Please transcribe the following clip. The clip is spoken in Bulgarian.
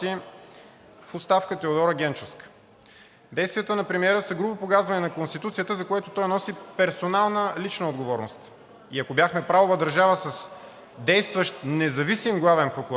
в оставка Теодора Генчовска. Действията на премиера са грубо погазване на Конституцията, за което той носи персонална лична отговорност. И ако бяхме правова държава, с действащ независим главен прокурор,